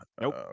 Nope